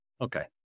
Okay